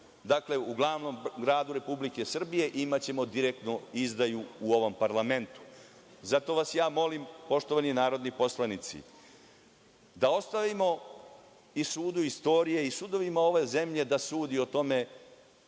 u glavnom gradu Republike Srbije i imaćemo direktnu izdaju u ovom parlamentu. Zato vas molim, poštovani narodni poslanici, da ostavimo i sudu istorije i sudovima ove zemlje da sudi o tome